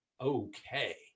Okay